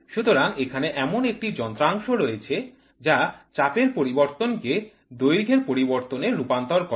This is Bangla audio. সুতরাং এখানে এমন একটি যন্ত্রাংশ রয়েছে যা চাপের পরিবর্তনকে দৈর্ঘ্যের পরিবর্তনে রূপান্তর করে